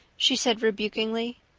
she said rebukingly.